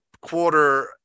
quarter